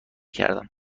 کردم